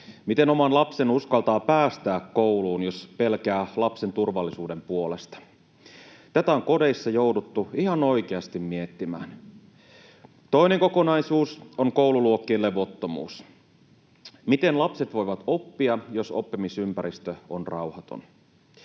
Miten oman lapsen uskaltaa päästää kouluun, jos pelkää lapsen turvallisuuden puolesta? Tätä on kodeissa jouduttu ihan oikeasti miettimään. Toinen kokonaisuus on koululuokkien levottomuus. Miten lapset voivat oppia, jos oppimisympäristö on rauhaton?